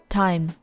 time